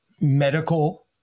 medical